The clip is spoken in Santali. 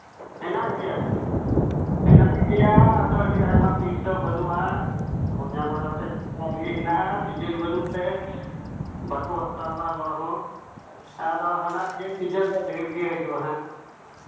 ᱦᱮᱱᱟᱜ ᱜᱮᱭᱟ ᱦᱮᱱᱟᱜ ᱜᱮᱭᱟ ᱟᱫᱚ ᱟᱹᱰᱤ ᱟᱭᱢᱟ ᱯᱤᱥ ᱫᱚ ᱵᱟᱹᱱᱩᱜᱼᱟ ᱯᱩᱱᱭᱟᱹ ᱢᱚᱬᱮ ᱜᱚᱴᱮᱡ ᱯᱤᱥ ᱜᱟᱱ ᱜᱮ ᱦᱮᱱᱟᱜᱼᱟ ᱥᱤᱡᱮᱱ ᱵᱟᱹᱱᱩᱜ ᱛᱮ ᱵᱟᱠᱚ ᱦᱟᱛᱟᱣᱫᱟ ᱦᱚᱲ ᱦᱚᱸ ᱟᱫᱚ ᱦᱟᱱᱟ ᱤᱭᱟᱹ ᱥᱤᱡᱮᱱ ᱫᱚ ᱰᱷᱮ ᱨ ᱜᱮ ᱦᱤᱡᱩᱜᱼᱟ ᱦᱟᱸᱜ